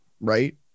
right